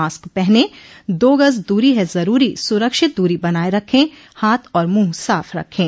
mask पहनें दो गज़ दूरी है ज़रूरी सुरक्षित दूरी बनाए रखें हाथ और मुंह साफ़ रखें